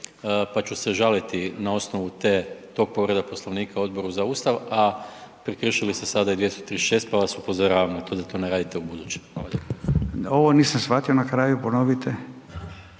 pa ću se žaliti na osnovu te povrede Poslovnika Odboru za Ustav, a prekršili ste sada i 236.pa vas upozoravam na to da to ne radite ubuduće. Hvala lijepo.